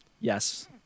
Yes